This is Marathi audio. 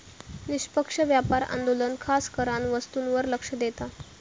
निष्पक्ष व्यापार आंदोलन खासकरान वस्तूंवर लक्ष देता